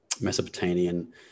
mesopotamian